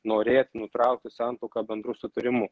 norėti nutraukti santuoką bendru sutarimu